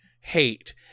hate